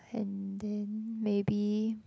and then maybe